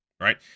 right